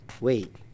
Wait